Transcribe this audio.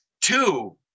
Two